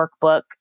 workbook